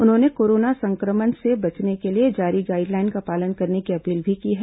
उन्होंने कोरोना संक्रमण से बचने के लिए जारी गाइडलाइन का पालन करने की अपील भी की है